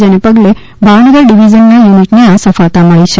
જેને પગલે ભાવનગર ડિવિઝનના યુનિટને આ સફળતા મળી છે